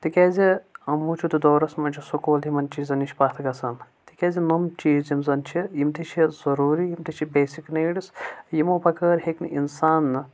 تِکیازِ موٗجوٗدٕ دورس منٛز چھُ سکوٗل تِمن چیٖزن نِش پتھ گژھان تِکیازِ نوٚم چیٖز یم زن چھِ ییمہِ تہِ چھِ ضروری یم تہِ چھِ بیسِک نیڈس یمو بٔغٲر ہیکہِ نہٕ انسان